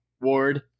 ward